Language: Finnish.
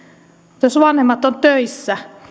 mutta jos vanhemmat ovat töissä